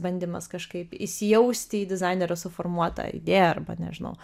bandymas kažkaip įsijausti į dizainerio suformuotą idėją arba nežinau